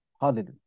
Hallelujah